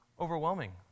overwhelming